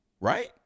right